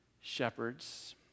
shepherds